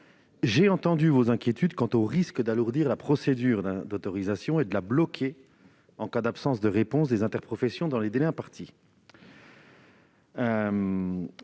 j'ai entendu vos inquiétudes quant aux risques d'alourdir la procédure d'autorisation et de la bloquer en cas d'absence de réponse des interprofessions dans les délais impartis.